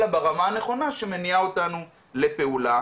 אלא ברמה הנכונה שמניעה אותנו לפעולה.